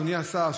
אדוני השר,